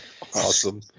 Awesome